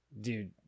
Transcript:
Dude